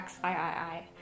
XIII